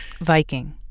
Viking